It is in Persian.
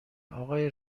آقای